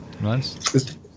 Nice